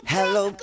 Hello